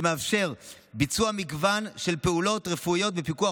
שמאפשר ביצוע מגוון של פעולות רפואיות בפיקוח